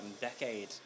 decade